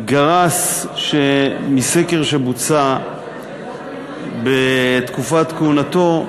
גרס, מסקר שבוצע בתקופת כהונתו,